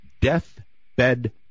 deathbed